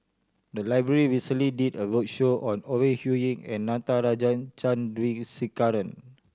the library recently did a roadshow on Ore Huiying and Natarajan Chandrasekaran